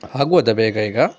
ಆಗ್ಬೋದಾ ಬೇಗ ಈಗ